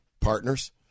partners